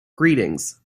greetings